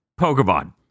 Pokemon